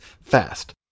fast